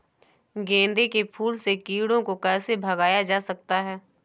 गेंदे के फूल से कीड़ों को कैसे भगाया जा सकता है?